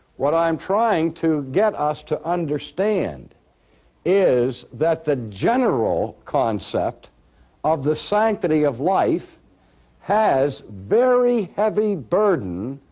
what i'm trying to get us to understand is that the general concept of the sanctity of life has very heavy burden